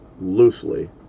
loosely